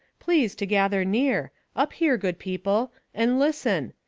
please to gather near up here, good people and listen!